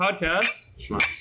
podcast